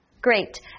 Great